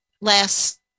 last